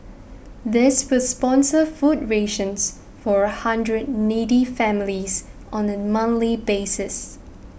this will sponsor food rations for a hundred needy families on a basis